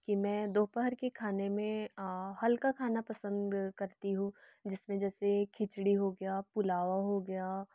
कि मैं दोपहर के खाने में हल्का खाना पसंद करती हूँ जिसमें जैसे खिचड़ी हो गया पुलाव हो गया